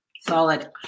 solid